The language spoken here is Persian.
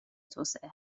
توسعه